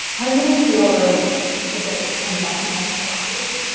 i'm going to feel really good if it comes back and has antibodies.